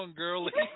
girly